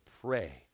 pray